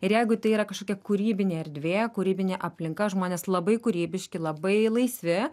ir jeigu tai yra kažkokia kūrybinė erdvė kūrybinė aplinka žmonės labai kūrybiški labai laisvi